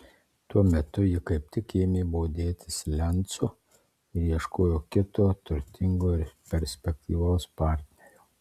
tuo metu ji kaip tik ėmė bodėtis lencu ir ieškojo kito turtingo ir perspektyvaus partnerio